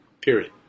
period